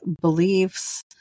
beliefs